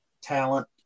talent